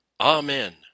Amen